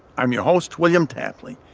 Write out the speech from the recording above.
i'm your host, william tapley,